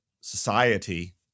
society